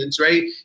Right